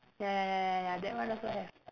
ya ya ya ya ya ya that one also have